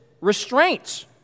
restraints